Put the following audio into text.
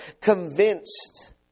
convinced